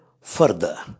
further